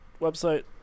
Website